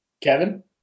Kevin